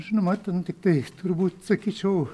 žinoma ten tik tai turbūt sakyčiau